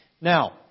Now